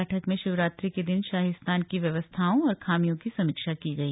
बैठक में शिवरात्रि के दिन शाही स्नान की व्यवस्थाओं और खामियों की समीक्षा की गई